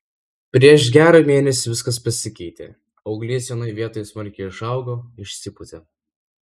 prieš gerą mėnesį viskas pasikeitė auglys vienoj vietoj smarkiai išaugo išsipūtė